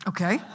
Okay